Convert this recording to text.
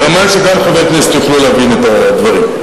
ברמה שגם חברי הכנסת יוכלו להבין את הדברים.